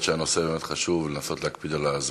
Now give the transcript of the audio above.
אתה המפקח.